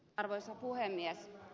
arvoisa puhemies